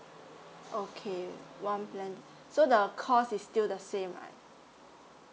okay one plan so the cost is still the same right